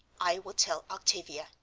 i will tell octavia,